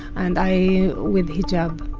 and i with hijab